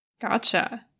Gotcha